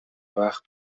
وقت